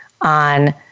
on